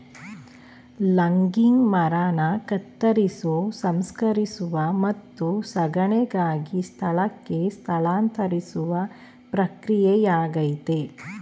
logging ಮರನ ಕತ್ತರಿಸೋ ಸಂಸ್ಕರಿಸುವ ಮತ್ತು ಸಾಗಣೆಗಾಗಿ ಸ್ಥಳಕ್ಕೆ ಸ್ಥಳಾಂತರಿಸುವ ಪ್ರಕ್ರಿಯೆಯಾಗಯ್ತೆ